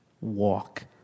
walk